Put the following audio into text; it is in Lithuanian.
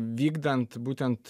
vykdant būtent